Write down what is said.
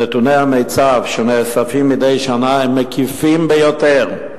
נתוני המיצ"ב שנאספים מדי שנה הם מקיפים ביותר,